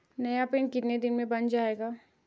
नया पिन कितने दिन में बन जायेगा?